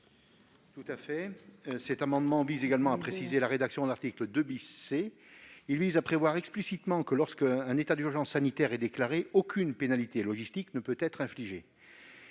Tissot. Cet amendement tend également à préciser la rédaction de l'article 2 C. Il vise à prévoir explicitement que lorsqu'un état d'urgence sanitaire est déclaré, aucune pénalité logistique ne peut être infligée.